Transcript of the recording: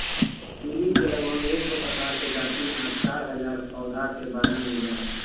tulip के लगभग एक सौ प्रकार के जाति आर चार हजार पौधा के वर्णन मिलो हय